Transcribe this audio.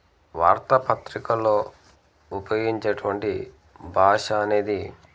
వార్తా పత్రికలో ఉపయోగించేటటువంటి భాష అనేది